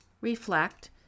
reflect